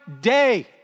day